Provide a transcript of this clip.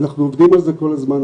אנחנו עובדים על זה כל הזמן,